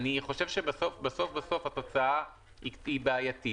אני חושב שבסוף-בסוף התוצאה היא בעייתית.